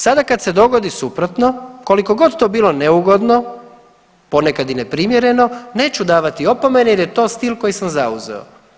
Sada kada se dogodi suprotno kolikogod to bilo neugodno ponekad i neprimjereno neću davati opomene jer je to stil koji sam zauzeo.